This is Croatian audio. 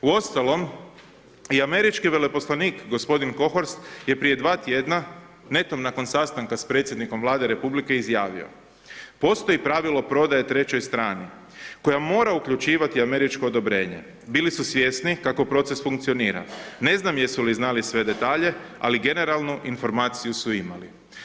Uostalom i američki veleposlanik g. Kohorst je prije 2 tj. netom nakon sastanka predsjednikom Vlade Republike izjavio: Postoji pravilo prodaje trećoj strani koja mora uključivati američko odobrenje, bili su svjesni kako proces funkcionira, ne znam jesu li znali sve detalje ali generalnu informaciju su imali.